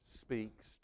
speaks